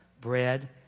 Bread